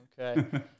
Okay